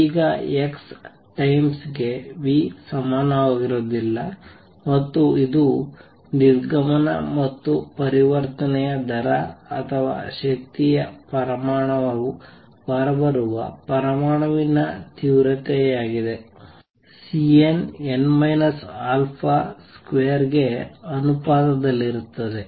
ಈಗ x times ಗೆ v ಸಮನಾಗಿರುವುದಿಲ್ಲ ಮತ್ತು ಇದು ನಿರ್ಗಮನ ಮತ್ತು ಪರಿವರ್ತನೆಯ ದರ ಅಥವಾ ಶಕ್ತಿಯ ಪ್ರಮಾಣವು ಹೊರಬರುವ ಪರಮಾಣುವಿನ ತೀವ್ರತೆಯಾಗಿದೆ |Cnn α|2 ಗೆ ಅನುಪಾತದಲ್ಲಿರುತ್ತದೆ